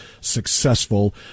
successful